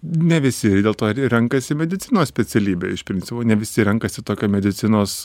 ne visi dėl to ir renkasi medicinos specialybę iš principo ne visi renkasi tokią medicinos